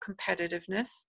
competitiveness